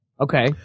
Okay